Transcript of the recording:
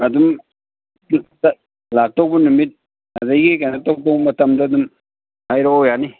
ꯑꯗꯨꯝ ꯂꯥꯛꯇꯧꯕ ꯅꯨꯃꯤꯠ ꯑꯗꯒꯤ ꯀꯩꯅꯣ ꯇꯧꯗꯧꯕ ꯃꯇꯝꯗꯣ ꯑꯗꯨꯝ ꯍꯥꯏꯔꯛꯑꯣ ꯌꯥꯅꯤ